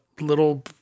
little